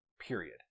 period